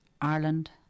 Ireland